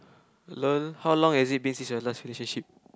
learn how long has it been since your last relationship